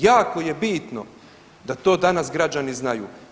Jako je bitno da to danas građani znaju.